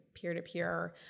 peer-to-peer